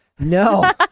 No